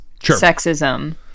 sexism